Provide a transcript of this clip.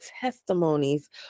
testimonies